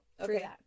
Okay